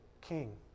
king